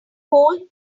cold